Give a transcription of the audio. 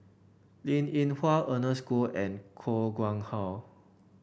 Linn In Hua Ernest Goh and Koh Nguang How